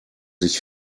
sich